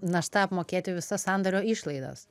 našta apmokėti visas sandorio išlaidas